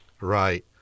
Right